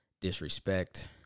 disrespect